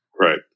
Right